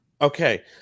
Okay